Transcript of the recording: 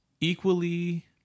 equally